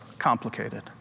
Complicated